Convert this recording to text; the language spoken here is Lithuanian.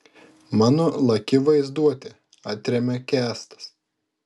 mano laki vaizduotė atremia kęstas